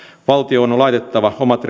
valtion on laitettava omat